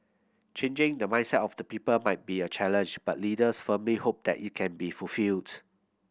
changing the mindset of the people might be a challenge but leaders firmly hope that it can be fulfilled